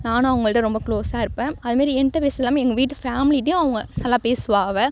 நானும் அவங்கள்ட்ட ரொம்ப க்ளோஸாக இருப்பேன் அது மாரி என்கிட்ட பேசுறது இல்லாமல் எங்கள் வீட்டு ஃபேமிலிகிட்டையும் அவங்க நல்லா பேசுவாள் அவள்